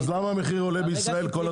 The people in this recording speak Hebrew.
אז למה המחיר עולה בישראל כל הזמן?